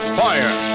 fire